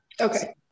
Okay